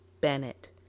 Bennett